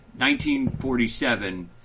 1947